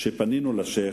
כשפנינו אל השיח',